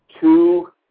two